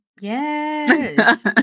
Yes